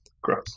Gross